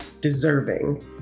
deserving